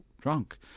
drunk